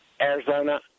Arizona